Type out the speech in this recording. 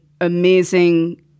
amazing